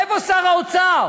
איפה שר האוצר?